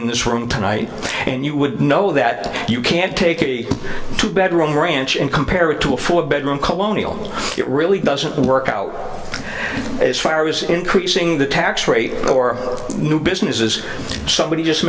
in this room tonight and you would know that you can take a two bedroom ranch and compare it to a four bedroom colonial it really doesn't work out as far as increasing the tax rate for new businesses somebody just